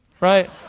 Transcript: right